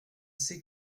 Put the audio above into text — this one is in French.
c’est